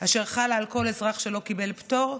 אשר חלה על כל אזרח שלא קיבל פטור,